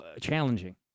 challenging